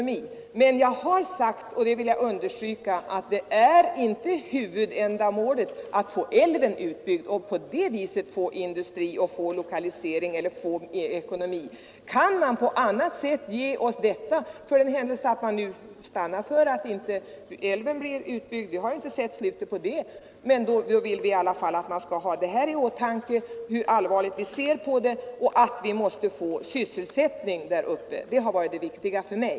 Men jag har sagt — och det vill jag understryka — att huvudändamålet inte är att få älven utbyggd för att därigenom få industrier och förbättra ekonomin. Kan man på annat sätt ge oss detta, för den händelse man nu stannar för att inte utbygga älven — vi har inte sett slutet på detta ännu -, vill vi i alla fall att man skall ha i åtanke hur allvarligt vi ser på den här saken och att vi måste få sysselsättning däruppe. Det har varit det viktiga för mig.